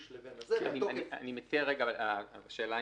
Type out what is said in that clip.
לבין --- אני מציע שנקרא את הנוסח,